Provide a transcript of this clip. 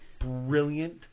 brilliant